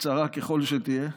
קצרה ככל שתהיה.